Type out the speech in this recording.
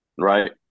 Right